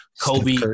Kobe